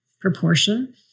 proportion